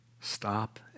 Stop